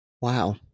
Wow